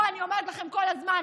שאפו, אני אומרת לכם כל הזמן.